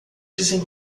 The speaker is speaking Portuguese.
dizem